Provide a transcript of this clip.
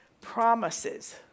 promises